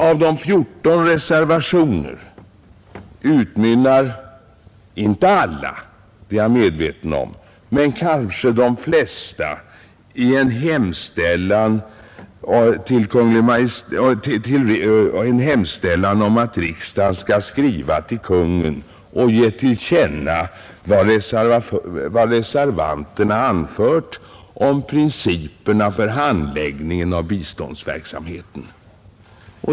Av de 14 reservationerna utmynnar inte alla — det är jag medveten om — men de flesta i en hemställan om att riksdagen skall skriva till Kungl. Maj:t och ge till känna vad reservanterna anfört om principerna för handläggningen av biståndsverksamheten.